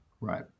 Right